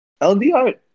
LDR